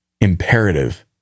imperative